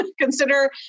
consider